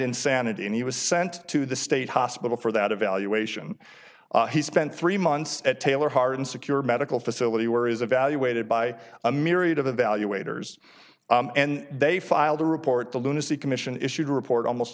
insanity and he was sent to the state hospital for that evaluation he spent three months at taylor hardin secure medical facility where is evaluated by a myriad of evaluators and they filed a report the lunacy commission issued a report almost